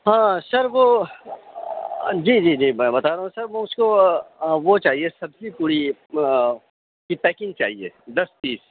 ہاں سر وہ جی جی جی میں بتا رہا ہوں سر وہ اُس كو وہ چاہیے سبزی پوڑی کی پیکنگ چاہیے دس پیس